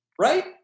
Right